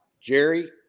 Jerry